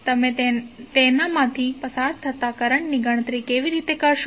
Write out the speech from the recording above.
તમે તેનામાંથી પસાર થતા કરંટની ગણતરી કેવી રીતે કરશો